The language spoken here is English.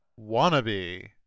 wannabe